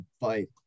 fight